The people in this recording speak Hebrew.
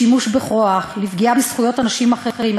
לשימוש בכוח, לפגיעה בזכויות אנשים אחרים.